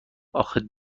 آخه